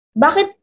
bakit